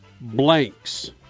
blanks